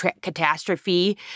catastrophe